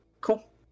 Cool